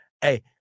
Hey